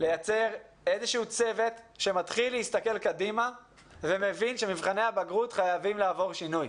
לייצר צוות שמבין שמבחני הבגרות חייבים לעבור שינוי.